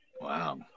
Wow